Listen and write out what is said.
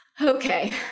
Okay